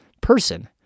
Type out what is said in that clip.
person